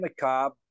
McCobb